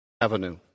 Avenue